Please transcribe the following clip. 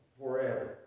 forever